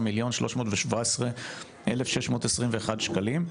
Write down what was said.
14,317,621 שקלים,